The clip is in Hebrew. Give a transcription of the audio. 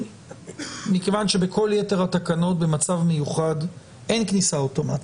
מכיוון שבכל יתר התקנות במצב מיוחד אין כניסה אוטומטית.